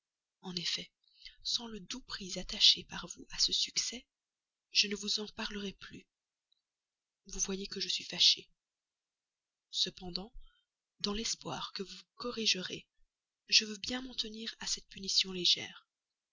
en effet sans le doux prix attaché par vous à son succès je ne vous en parlerais plus vous voyez que je suis fâché cependant dans l'espoir que vous vous corrigerez je veux bien m'en tenir à cette punition légère